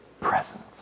presence